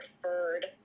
preferred